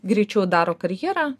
greičiau daro karjerą